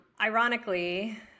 Ironically